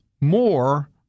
more